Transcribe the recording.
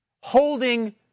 holding